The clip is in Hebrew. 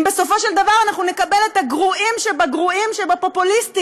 אם בסופו של דבר אנחנו נקבל את הגרועים שבגרועים שבפופוליסטים?